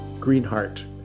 Greenheart